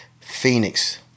Phoenix